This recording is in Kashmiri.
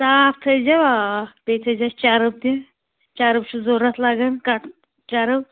صاف تھٲے زیو آ بیٚیہِ تھٲے زِہوٚس چرٕب تہِ چرٕب چھُ ضروٗرت اَتھ لگَان کٹہٕ چرٕب